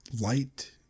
light